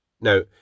now